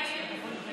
ועדת שרים?